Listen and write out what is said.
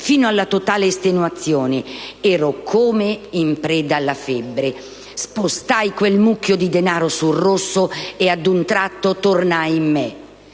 fino alla totale estenuazione (...) ero come in preda alla febbre; spostai quel mucchio di denaro sul rosso e ad un tratto tornai in me!